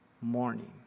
morning